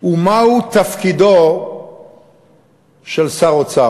בצמיחה ובעסקים הקטנים והבינוניים.